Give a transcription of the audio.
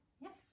yes